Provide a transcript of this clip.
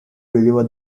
deliver